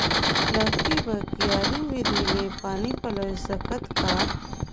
लौकी बर क्यारी विधि ले पानी पलोय सकत का?